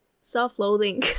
self-loathing